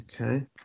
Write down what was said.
Okay